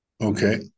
Okay